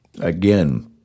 again